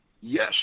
yes